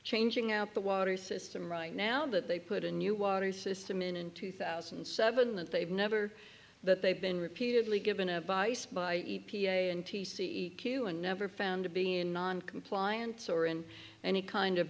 changing out the water system right now that they put a new water system in in two thousand and seven that they've never that they've been repeatedly given a vice by e p a in t c q and never found to be in noncompliance or in any kind of